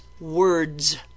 words